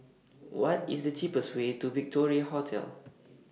What IS The cheapest Way to Victoria Hotel